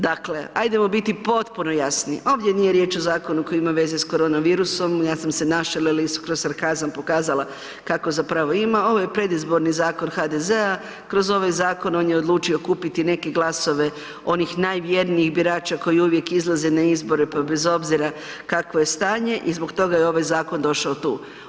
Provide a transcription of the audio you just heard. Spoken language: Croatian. Dakle, ajdemo biti potpuno jasni, ovdje nije riječ o zakonu koji ima veze sa korona virusom, ja se našalila i kroz sarkazam pokazala kako zapravo ima, ovo je predizborni zakon HDZ-a, kroz ovaj zakon on je odlučio kupiti neke glasove onih najvjernijih birača koji uvijek izlaze na izbore pa bez obzira kakvo je stanje i zbog toga je ovaj zakon došao tu.